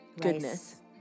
Goodness